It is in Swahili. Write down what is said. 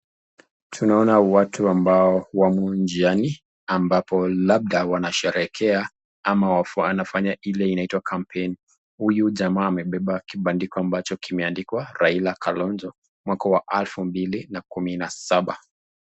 Tunaona watu ambao wamo njiani ambapo labda wanasherehekea ama wanafanya ile inaitwa kampeni. Huyu jamaa amebeba kibandiko ambacho kimeandikwa Raila Kalonzo mwaka wa elfu mbili na kumi na saba.